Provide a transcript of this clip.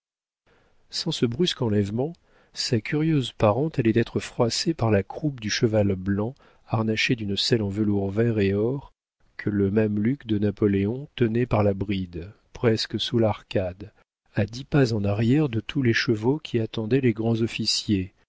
sans ce brusque enlèvement sa curieuse parente allait être froissée par la croupe du cheval blanc harnaché d'une selle en velours vert et or que le mameluck de napoléon tenait par la bride presque sous l'arcade à dix pas en arrière de tous les chevaux qui attendaient les grands-officiers